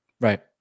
Right